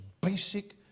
basic